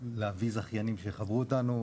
להביא זכיינים שיחברו אותנו,